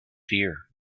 fear